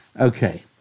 Okay